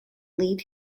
lead